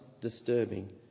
disturbing